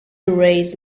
arrays